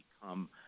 become